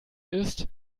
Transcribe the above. ist